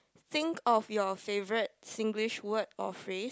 think of your favourite Singlish word or phrase